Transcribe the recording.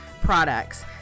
products